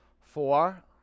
Four